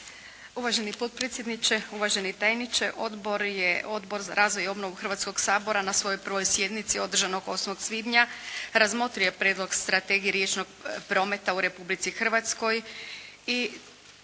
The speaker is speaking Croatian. Uvaženi potpredsjedniče, uvaženi tajniče Odbor je, Odbor za razvoj i obnovu Hrvatskog sabora na svojoj prvoj sjednici održanoj 8. svibnja razmotrio je Prijedlog strategije riječnog prometa u Republici Hrvatskoj i